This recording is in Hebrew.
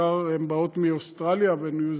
הן בעיקר באות מאוסטרליה וניו-זילנד,